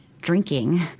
drinking